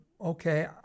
okay